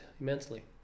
immensely